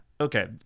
Okay